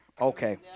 Okay